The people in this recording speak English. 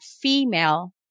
female